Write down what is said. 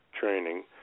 training